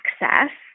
access